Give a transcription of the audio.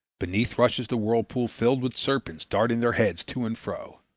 beneath rushes the whirl-pool filled with serpents darting their heads to and fro.